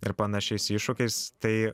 ir panašiais iššūkiais tai